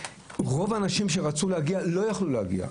רוב האנשים שרצו להגיע לא יכלו להגיע.